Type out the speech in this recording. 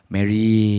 Mary